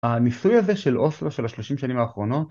הניסוי הזה של אוסלו של השלושים שנים האחרונות